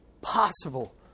possible